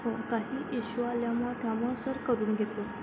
हो काही इश्यु आल्यामुळे त्यामुळे सर करून घेतलं